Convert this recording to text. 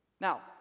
Now